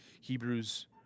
Hebrews